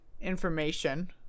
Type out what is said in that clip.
information